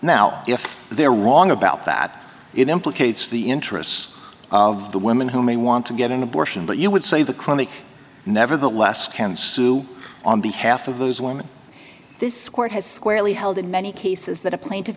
now if they're wrong about that it implicates the interests of the women who may want to get an abortion but you would say the clinic nevertheless can sue on behalf of those women this court has squarely held in many cases that a pla